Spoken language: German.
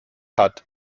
hat